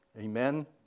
Amen